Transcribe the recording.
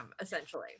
essentially